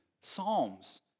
psalms